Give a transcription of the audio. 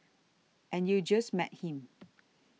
and you just met him